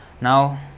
Now